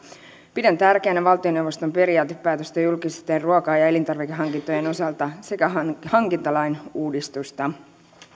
pidän tärkeänä valtioneuvoston periaatepäätöstä julkisten ruoka ja ja elintarvikehankintojen osalta sekä hankintalain uudistusta